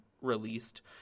released